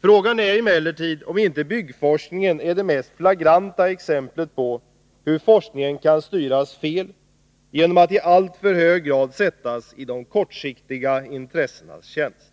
Frågan är emellertid om inte byggforskningen är det mest flagranta exemplet på hur forskningen kan styras fel genom att i alltför hög grad sättas i de kortsiktiga intressenas tjänst.